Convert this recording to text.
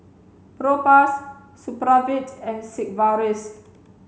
Propass Supravit and Sigvaris